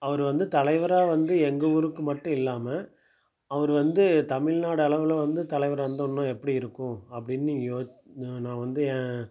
அவர் வந்து தலைவராக வந்து எங்கள் ஊருக்கு மட்டுல்லாமல் அவர் வந்து தமிழ்நாடு அளவில் வந்து தலைவராக இருந்தால் இன்னும் எப்படி இருக்கும் அப்படின்னு யோ நான் வந்து என்